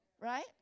right